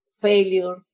failure